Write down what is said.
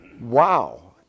Wow